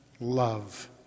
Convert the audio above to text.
love